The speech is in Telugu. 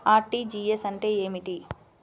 అర్.టీ.జీ.ఎస్ అంటే ఏమిటి?